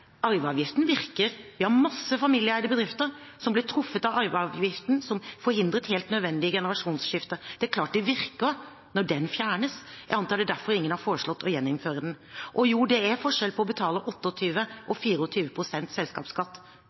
Arveavgiften virker. Vi har mange familieeide bedrifter som ble truffet av arveavgiften, som forhindret helt nødvendige generasjonsskifter. Det er klart at det virker når den fjernes. Jeg antar at det er derfor ingen har foreslått å gjeninnføre den. Og jo, det er forskjell på å betale 28 pst. og 24 pst. selskapsskatt.